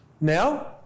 Now